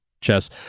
chess